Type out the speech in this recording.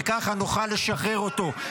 וככה נוכל לשחרר אותו.